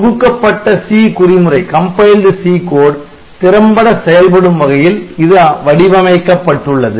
தொகுக்கப்பட்ட 'C' குறிமுறை திறம்பட செயல்படும் வகையில் இது வடிவமைக்கப்பட்டுள்ளது